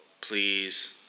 Please